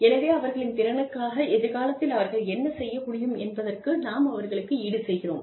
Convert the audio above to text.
எனவே அவர்களின் திறனுக்காக எதிர்காலத்தில் அவர்கள் என்ன செய்ய முடியும் என்பதற்கு நாம் அவர்களுக்கு ஈடுசெய்கிறோம்